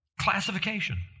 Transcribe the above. Classification